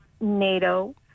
NATO